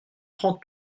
trente